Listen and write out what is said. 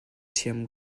ṭhiam